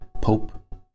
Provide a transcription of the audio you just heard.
Pope